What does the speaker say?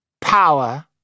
Power